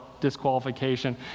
disqualification